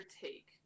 take